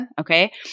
Okay